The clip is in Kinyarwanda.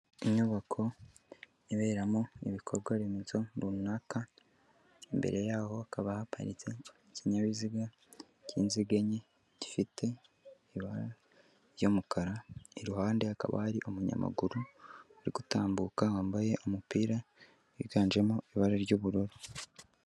Inyubako iberamo n'ibikorwa remezo runaka, imbere yaho hakaba haparitse ikinyabiziga cy'inziga enye, gifite ibara ry'umukara, iruhande hakaba hari umunyamaguru uri gutambuka wambaye umupira wiganjemo ibara ry'ubururu.